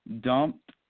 dumped